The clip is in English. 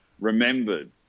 remembered